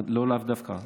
לא לאו דווקא,